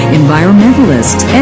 environmentalists